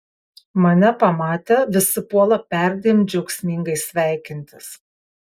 mane pamatę visi puola perdėm džiaugsmingai sveikintis